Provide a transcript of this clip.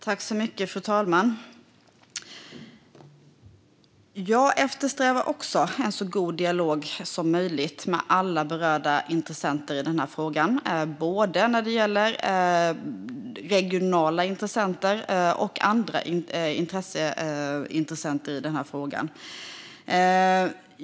Fru talman! Jag eftersträvar också en så god dialog som möjligt med alla berörda intressenter, både regionala och andra, i denna fråga.